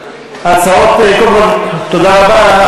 הצעות, קודם כול, תודה רבה.